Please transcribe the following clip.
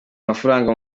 amafaranga